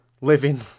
living